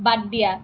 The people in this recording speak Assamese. বাদ দিয়া